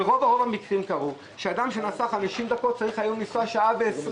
ברוב המקרים אדם שנסע 50 דקות צריך היום לנסוע 1:20